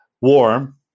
warm